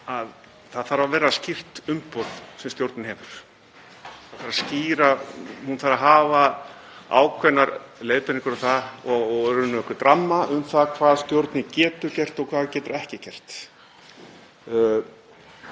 það þarf að vera skýrt umboð sem stjórnin hefur. Hún þarf að hafa ákveðnar leiðbeiningar og í rauninni einhvern ramma um það hvað stjórnin getur gert og hvað hún getur ekki gert.